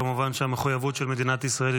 כמובן שהמחויבות של מדינת ישראל היא